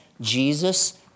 Jesus